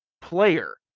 player